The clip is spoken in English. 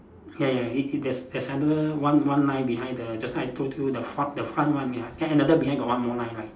ya ya ya there's there's another one one line behind the just now I told you the front the front one ya then behind got one more line right